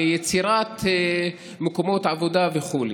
ליצירת מקומות עבודה וכו'.